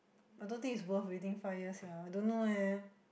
but don't think it's worth waiting five years sia I don't know leh